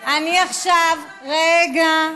רגע.